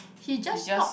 he just talk